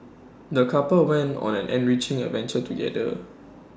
the couple went on an enriching adventure together